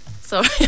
sorry